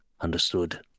Understood